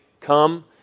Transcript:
come